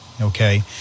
okay